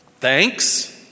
Thanks